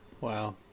Wow